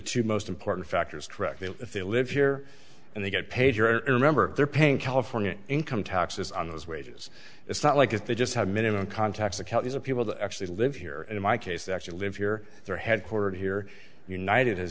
two most important factors correct if they live here and they get paid you're remember they're paying california income taxes on those wages it's not like if they just have minimum contacts of how these are people that actually live here in my case they actually live here they're headquartered here united has